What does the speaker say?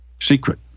secret